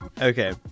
Okay